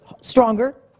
stronger